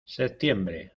septiembre